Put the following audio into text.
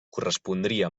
correspondria